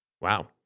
Wow